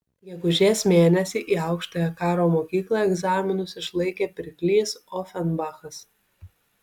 gegužės mėnesį į aukštąją karo mokyklą egzaminus išlaikė pirklys ofenbachas